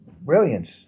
brilliance